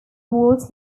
walls